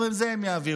גם את זה הם יעבירו.